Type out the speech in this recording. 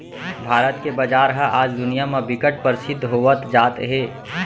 भारत के बजार ह आज दुनिया म बिकट परसिद्ध होवत जात हे